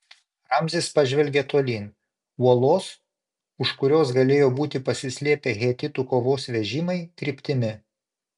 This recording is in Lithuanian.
ramzis pažvelgė tolyn uolos už kurios galėjo būti pasislėpę hetitų kovos vežimai kryptimi